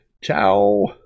Ciao